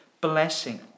blessing